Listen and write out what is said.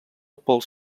pels